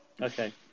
Okay